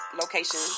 location